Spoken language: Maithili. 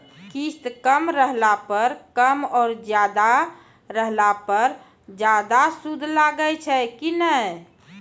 किस्त कम रहला पर कम और ज्यादा रहला पर ज्यादा सूद लागै छै कि नैय?